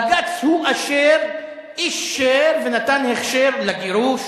בג"ץ הוא אשר אישר ונתן הכשר לגירוש,